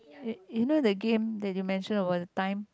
you you know the game that you mention over the time